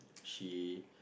she